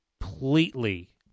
completely